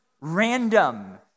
random